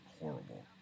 horrible